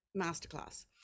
Masterclass